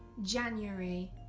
january.